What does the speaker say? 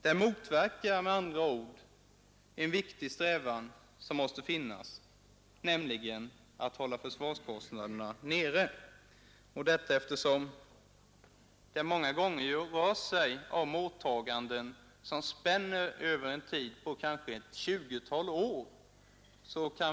Det motverkar med andra ord den viktiga strävan att hålla försvarskostnaderna nere, eftersom det många gånger rör sig om åtaganden som spänner över en tid på kanske 20 år.